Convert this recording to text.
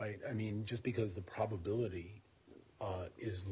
i mean just because the probability is